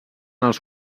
els